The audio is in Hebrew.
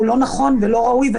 הוא לא נכון ולא ראוי.